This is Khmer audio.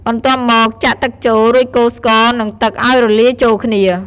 បន្ទាប់មក ចាក់ទឹកចូល រួចកូរស្ករ និងទឹកឱ្យរលាយចូលគ្នា។